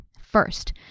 First